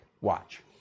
Watch